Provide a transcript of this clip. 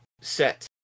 Set